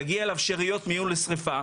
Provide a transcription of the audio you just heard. יגיעו אליו שאריות מיון לשרפה,